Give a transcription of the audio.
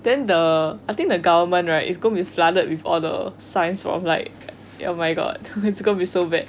then the I think the government right is going to be flooded with all the signs of like oh my god it's going to be so bad